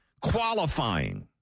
qualifying